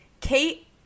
Kate